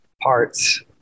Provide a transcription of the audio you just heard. parts